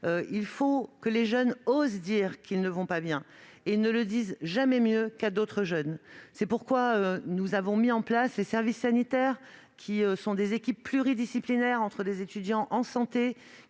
Il faut que les jeunes osent dire qu'ils ne vont pas bien. Or ils ne le disent jamais mieux qu'à d'autres jeunes. C'est pourquoi nous avons mis en place les services sanitaires : ces équipes pluridisciplinaires composées d'étudiants en santé